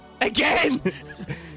Again